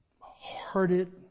hearted